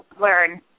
learn